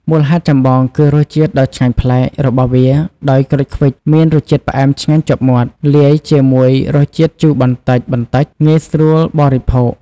មូលហេតុចម្បង គឺ រសជាតិដ៏ឆ្ងាញ់ប្លែក របស់វា ដោយក្រូចឃ្វិចមានរសជាតិផ្អែមឆ្ងាញ់ជាប់មាត់ លាយជាមួយរសជាតិជូរបន្តិចៗ ងាយស្រួលបរិភោគ។